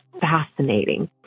fascinating